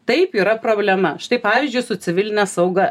taip yra problema štai pavyzdžiui su civiline sauga